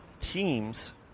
teams